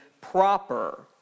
proper